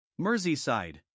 Merseyside